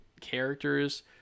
characters